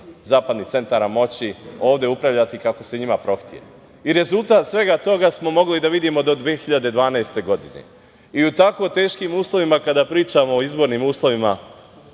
zapadnih centara moći ovde upravljati kako se njima prohte. Rezultat svega toga smo mogli da vidimo do 2012. godine i u tako teškim uslovima, kada pričamo o izbornim uslovima,